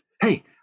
hey